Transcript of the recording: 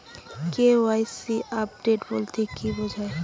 KYC update বলতে কি বোঝায়?